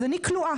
אז אני כנועה.